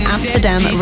Amsterdam